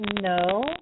no